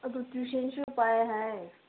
ꯑꯗꯨ ꯇ꯭ꯋꯤꯁꯟꯁꯨ ꯄꯥꯏ ꯍꯥꯏ